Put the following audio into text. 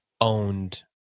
owned